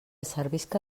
servisca